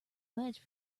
wedge